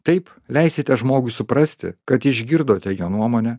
taip leisite žmogui suprasti kad išgirdote jo nuomonę